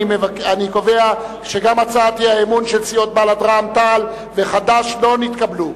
אני קובע שגם הצעת האי-אמון של סיעות בל"ד רע"ם-תע"ל וחד"ש לא נתקבלה.